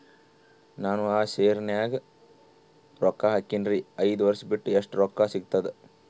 ನಾನು ಆ ಶೇರ ನ್ಯಾಗ ರೊಕ್ಕ ಹಾಕಿನ್ರಿ, ಐದ ವರ್ಷ ಬಿಟ್ಟು ಎಷ್ಟ ರೊಕ್ಕ ಸಿಗ್ತದ?